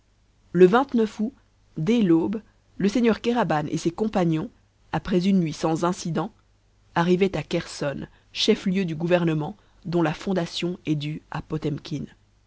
le août dès l'aube le seigneur kéraban et ses compagnons après une nuit sans incidents arrivaient à kherson chef-lieu du gouvernement dont la fondation est due à potemkin